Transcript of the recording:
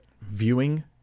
viewing